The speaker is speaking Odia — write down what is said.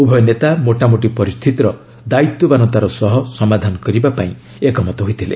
ଉଭୟ ନେତା ମୋଟାମୋଟି ପରିସ୍ଥିତିର ଦାୟିତ୍ୱବାନତାର ସହ ସମାଧାନକରିବା ପାଇଁ ଏକମତ ହୋଇଥିଲେ